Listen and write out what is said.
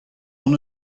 hon